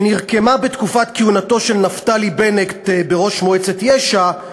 שנרקמה בתקופת כהונתו של נפתלי בנט בראשות מועצת יש"ע,